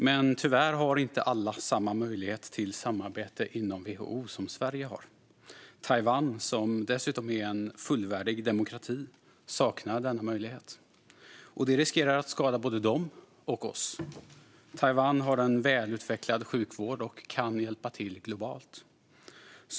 Men tyvärr har inte alla samma möjlighet till samarbete inom WHO som Sverige har. Taiwan, som dessutom är en fullvärdig demokrati, saknar denna möjlighet. Detta riskerar att skada både dem och oss. Taiwan har en välutvecklad sjukvård och kan hjälpa till globalt.